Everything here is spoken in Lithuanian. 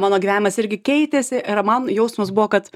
mano gyvenimas irgi keitėsi ir man jausmas buvo kad